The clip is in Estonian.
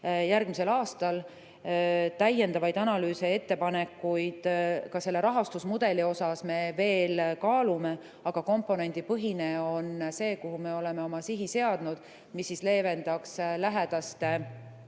järgmisel aastal. Täiendavaid analüüse ja ettepanekuid ka rahastusmudeli osas me veel kaalume, aga komponendipõhine on see, kuhu me oleme oma sihi seadnud. See leevendaks lähedaste